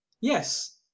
Yes